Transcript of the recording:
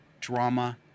Drama